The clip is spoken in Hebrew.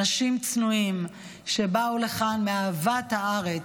אנשים צנועים שבאו לכאן מאהבת הארץ,